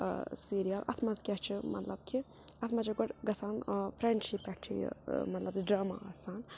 serial اَتھ منٛز کیٛاہ چھُ مطلب کہِ اَتھ منٛز چھِ گۄڈٕ گَژھان فرٮ۪نٛڈشِپ پٮ۪ٹھ چھُ یہِ مطلب ڈراما آسان